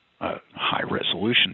high-resolution